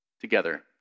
together